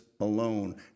alone